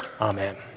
Amen